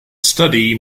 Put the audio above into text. study